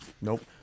nope